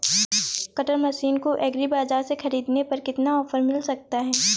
Cutter machine को agri बाजार से ख़रीदने पर कितना ऑफर मिल सकता है?